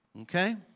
okay